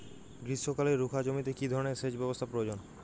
গ্রীষ্মকালে রুখা জমিতে কি ধরনের সেচ ব্যবস্থা প্রয়োজন?